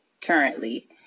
currently